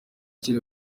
kuri